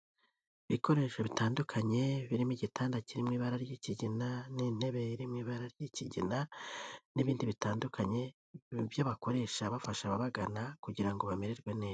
Ibikoresho bitandukanye birimo igitanda kir imu ibara ry'ikigina n'intebe iri mu ibara ry'ikigina, n'ibindi bitandukanye, ni ibyo bakoresha bafasha ababagana kugira ngo bamererwe neza.